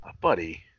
Buddy